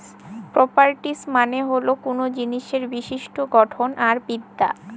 properties মানে হল কোনো জিনিসের বিশিষ্ট্য গঠন আর বিদ্যা